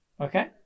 okay